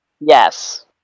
Yes